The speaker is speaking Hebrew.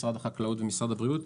משרד החקלאות ומשרד הבריאות,